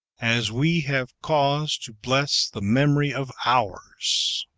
as we have cause to bless the memory of ours!